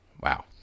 Wow